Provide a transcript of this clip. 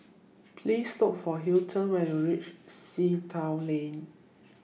Please Look For Hilton when YOU REACH Sea Town Lane